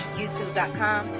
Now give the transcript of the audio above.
youtube.com